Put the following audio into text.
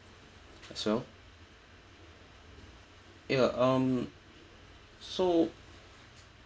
so ya um so